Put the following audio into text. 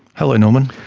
hello norman.